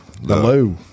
Hello